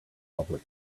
public